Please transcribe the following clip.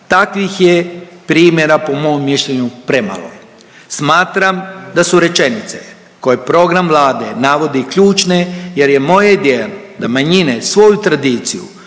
Takvih je primjera po mom mišljenju premalo. Smatram da su rečenice koje program Vlade navodi ključne jer je moje djelo da manjine svoju tradiciju,